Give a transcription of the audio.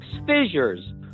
fissures